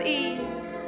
ease